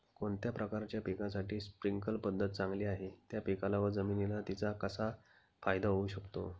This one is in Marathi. कोणत्या प्रकारच्या पिकासाठी स्प्रिंकल पद्धत चांगली आहे? त्या पिकाला व जमिनीला तिचा कसा फायदा होऊ शकेल?